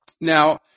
now